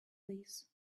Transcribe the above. this